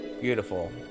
beautiful